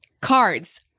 cards